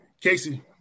Casey